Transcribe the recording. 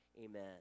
Amen